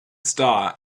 star